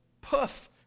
Poof